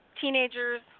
teenagers